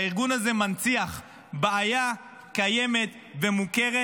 הארגון הזה מנציח בעיה קיימת ומוכרת,